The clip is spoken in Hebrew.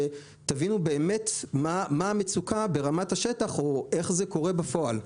כדי שתבינו באמת מה המצוקה ברמת השטח ואיך זה קורה בפועל.